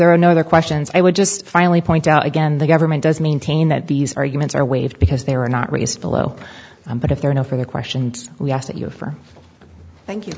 were no other questions i would just finally point out again the government does maintain that these arguments are waived because they were not raised below but if there are no further questions we asked you for thank you